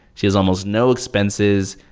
she has almost no expenses.